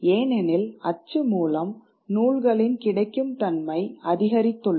ஏனெனில் அச்சு மூலம் நூல்களின் கிடைக்கும் தன்மை அதிகரித்துள்ளது